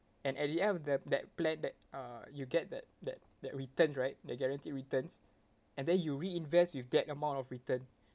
and at the end of the that plan that uh you get that that that returns right the guaranteed returns and then you reinvest with that amount of return